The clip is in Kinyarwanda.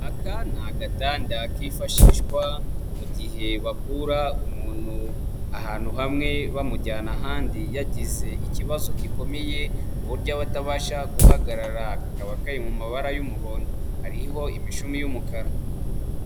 Aka ni agatanda kifashishwa mu gihe bakura umuntu ahantu hamwe bamujyana ahandi yagize ikibazo gikomeye ku buryo aba atabasha guhagarara, kakaba kari mu mabara y'umuhondo. Hariho imishumi y'umukara.